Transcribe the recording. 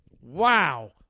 Wow